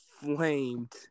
flamed